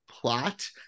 plot